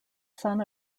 son